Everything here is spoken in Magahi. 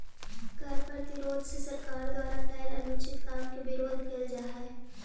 कर प्रतिरोध से सरकार के द्वारा कैल अनुचित काम के विरोध कैल जा हई